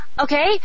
okay